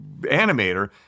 animator